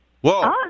Whoa